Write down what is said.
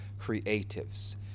creatives